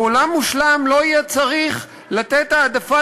בעולם מושלם לא יהיה צריך לתת העדפה